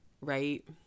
right